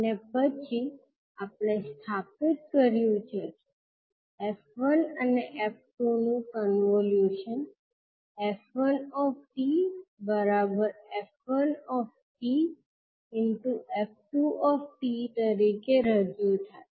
અને પછી આપણે સ્થાપિત કર્યું છે કે 𝑓1 અને 𝑓2 નું કન્વોલ્યુશન 𝑓𝑡 𝑓1𝑡 𝑓2 𝑡 તરીકે રજૂ થાય છે